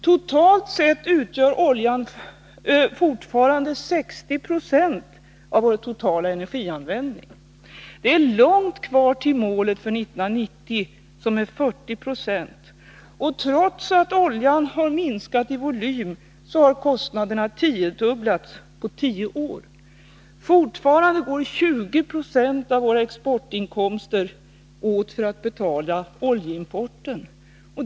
Totalt sett utgör oljan fortfarande 60 96 av vår totala energianvändning. Det är långt kvar till målet för 1990 — 40 96 — och trots att oljeförbrukningen minskat i volym har kostnaderna tiodubblats på tio år. Fortfarande går 20 96 av våra exportinkomster åt för att betala oljeimporten.